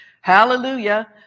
Hallelujah